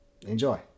Enjoy